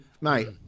mate